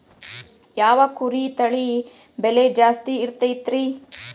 ಯಾವ ಕುರಿ ತಳಿ ಬೆಲೆ ಜಾಸ್ತಿ ಇರತೈತ್ರಿ?